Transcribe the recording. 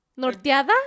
Norteada